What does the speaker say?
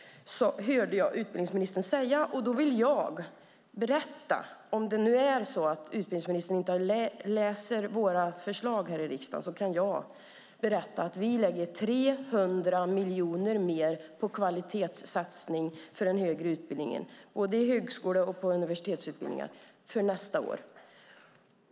Det hörde jag utbildningsministern säga. Då vill jag berätta - om det är så att utbildningsministern inte läser de förslag vi lägger fram i riksdagen - att vi för nästa år lägger 300 miljoner mer på kvalitetssatsningar på den högre utbildningen, både högskole och universitetsutbildningar.